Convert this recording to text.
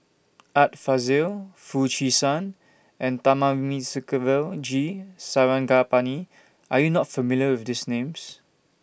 Art Fazil Foo Chee San and Thamamisukuvel G Sarangapani Are YOU not familiar with These Names